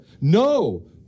No